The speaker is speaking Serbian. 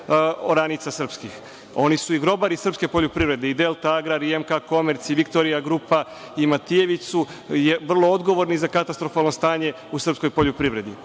oranica. Oni su i grobari srpske poljoprivrede i „Delta agrar“ i MK Komerc i „Viktorija grupa“ i „Matijević“. Vrlo su odgovorni za katastrofalno stanje u srpskoj poljoprivredi,